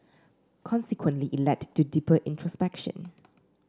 consequently it led to deeper introspection